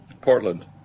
Portland